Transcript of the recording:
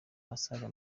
abasaga